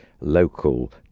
local